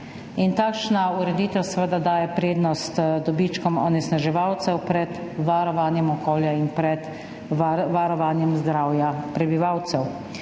Takšna ureditev seveda daje prednost dobičkom onesnaževalcev pred varovanjem okolja in pred varovanjem zdravja prebivalcev.